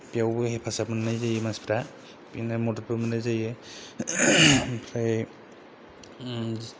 बेयावबो हेफाजाब मोननाय जायो मानसिफोरा बेनिफ्राय मददबो मोननाय जायो ओमफ्राय